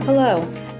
Hello